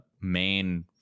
main